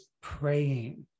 praying